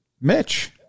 Mitch